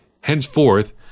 henceforth